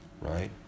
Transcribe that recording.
Right